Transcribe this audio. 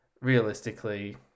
realistically